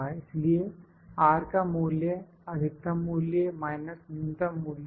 इसलिए R का मूल्य अधिकतम मूल्य न्यूनतम मूल्य है